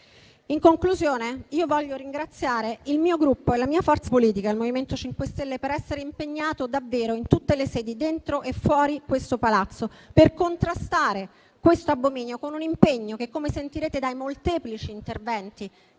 In conclusione, voglio ringraziare il mio Gruppo e la mia forza politica, il MoVimento 5 Stelle, per essere impegnato davvero in tutte le sedi, dentro e fuori questo Palazzo, per contrastare questo abominio. L'impegno che, come sentirete dai molteplici interventi